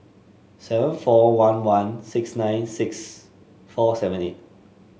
seven four one one six nine six four seven eight